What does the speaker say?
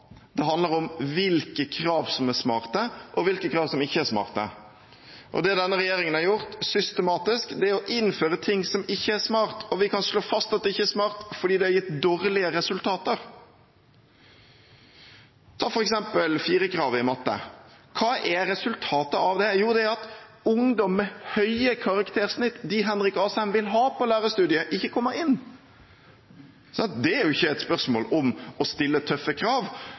Det handler om hvilke krav som er smarte, og hvilke krav som ikke er smarte. Det denne regjeringen har gjort systematisk, er å innføre noe som ikke er smart. Vi kan slå fast at det ikke er smart, fordi det har gitt dårligere resultater. Ta f.eks. 4-kravet i matematikk. Hva er resultatet av det? Jo, det er at ungdom med høyt karaktersnitt, dem Henrik Asheim vil ha inn på lærerstudiet, ikke kommer inn. Det er ikke et spørsmål om å stille tøffe krav,